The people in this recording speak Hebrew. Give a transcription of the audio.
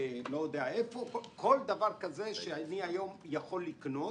לא יודע איפה - כל דבר כזה שאני היום יכול לקנות